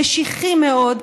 משיחי מאוד,